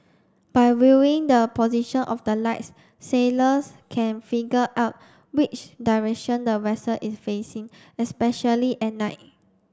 by viewing the position of the lights sailors can figure out which direction the vessel is facing especially at night